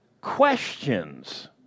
questions